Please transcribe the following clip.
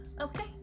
Okay